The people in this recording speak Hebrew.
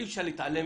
אי-אפשר להתעלם,